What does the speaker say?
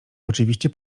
oczywiście